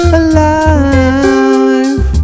alive